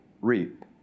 reap